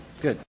Good